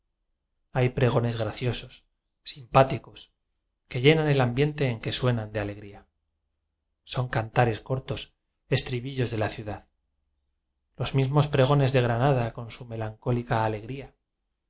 hay pregones graciosos simpáticos que llenan el ambiente en que suenan de alegría son cantares cortos estribillos de la ciudad los mismos pregones de granada con su melancólica alegría